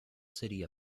city